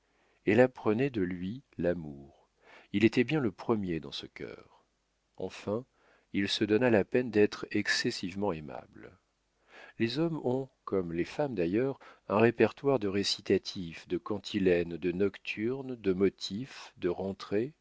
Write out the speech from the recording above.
elle apprenait de lui l'amour il était bien le premier dans ce cœur enfin il se donna la peine d'être excessivement aimable les hommes ont comme les femmes d'ailleurs un répertoire de récitatifs de cantilènes de nocturnes de motifs de rentrées